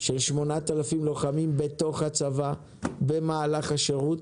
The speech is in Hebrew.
של 8,000 לוחמים בתוך הצבא במהלך השירות